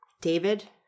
david